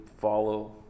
follow